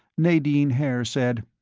nadine haer said,